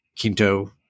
Quinto